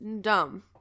Dumb